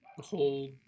hold